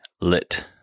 lit